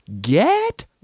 get